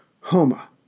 Homa